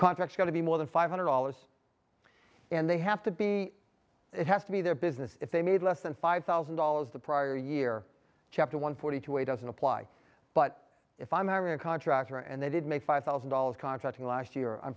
contract to be more than five hundred dollars and they have to be it has to be their business if they made less than five thousand dollars the prior year chapter one forty two a doesn't apply but if i'm hiring a contractor and they did make five thousand dollars contracting last year i'm